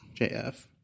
JF